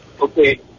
Okay